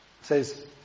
says